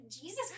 Jesus